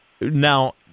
now